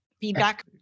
Feedback